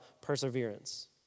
perseverance